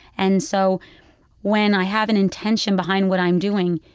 and so when i have an intention behind what i'm doing,